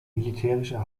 militärischer